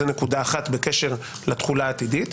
זו נקודה אחת בקשר לתחולה העתידית.